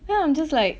yeah I'm just like